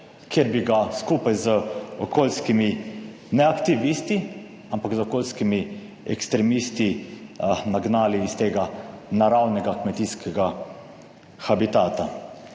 ker bi ga skupaj z okoljskimi neaktivisti, ampak z okoljskimi ekstremisti nagnali iz tega naravnega kmetijskega habitata.